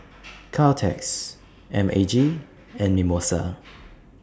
Caltex M A G and Mimosa